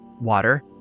water